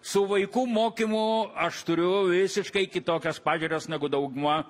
su vaikų mokymu aš turiu visiškai kitokias pažiūras negu dauguma